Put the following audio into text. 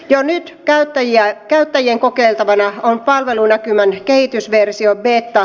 jo nyt käyttäjien kokeiltavana on palvelunäkymän kehitysversio beta